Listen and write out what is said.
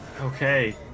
Okay